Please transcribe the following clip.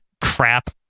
crap